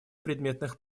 предметных